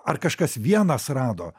ar kažkas vienas rado